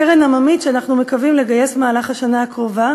קרן עממית שאנחנו מקווים לגייס במהלך השנה הקרובה